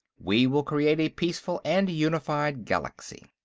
we will create a peaceful and unified galaxy.